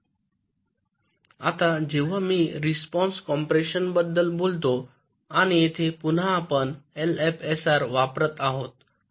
आता जेव्हा मी रिस्पॉन्स कॉम्पॅक्शनबद्दल बोलतो आणि येथे पुन्हा आपण एलएफएसआर वापरत आहोत